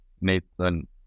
Nathan